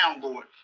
Lord